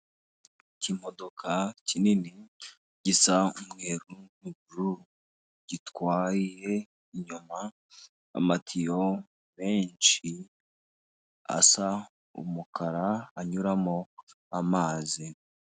Ikimodoka kinini gisa umweru n'ubururu, gitwaye inyuma amatiyo menshi asa umukara, anyuramo amazi.